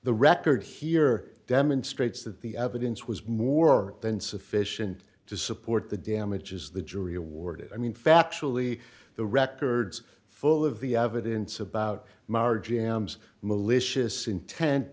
the record here demonstrates that the evidence was more than sufficient to support the damages the jury awarded i mean factually the records full of the evidence about margie ams malicious intent